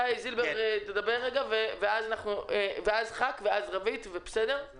רשות הדיבור לאיתי זילבר ואז חבר כנסת ואז רוית גרוס.